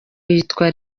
yitwa